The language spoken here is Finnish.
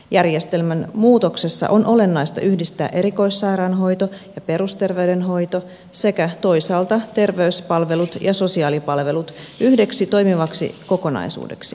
järjestelmän muutoksessa on olennaista yhdistää erikoissairaanhoito ja perusterveydenhoito sekä toisaalta terveyspalvelut ja sosiaalipalvelut yhdeksi toimivaksi kokonaisuudeksi